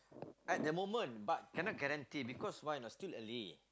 at that moment but cannot guarantee because why or not still early